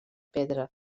pedra